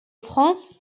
france